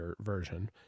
version